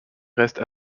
reste